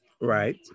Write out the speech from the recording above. right